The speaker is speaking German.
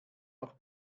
noch